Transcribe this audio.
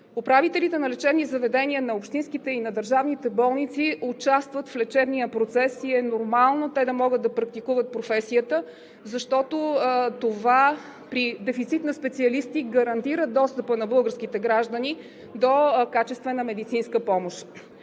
Управителите на лечебни заведения на общинските и на държавните болници участват в лечебния процес и е нормално те да могат да практикуват професията, защото това, при дефицит на специалисти, гарантира достъпа на българските граждани до качествена медицинска помощ.